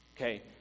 Okay